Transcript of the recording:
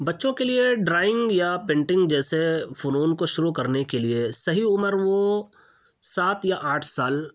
بچوں کے لیے ڈرائنگ یا پینٹنگ جیسے فنون کو شروع کرنے کے لیے صحیح عمر وہ سات یا آٹھ سال